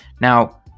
Now